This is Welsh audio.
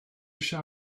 eisiau